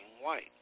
white